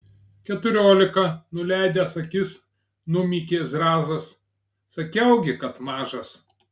keturiolika nuleidęs akis numykė zrazas sakiau gi kad mažas